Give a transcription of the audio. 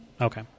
Okay